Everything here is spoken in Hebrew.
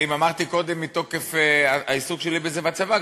אמרתי קודם שמתוקף העיסוק שלי בזה בצבא,